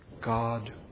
God